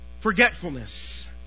Forgetfulness